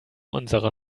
unserer